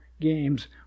Games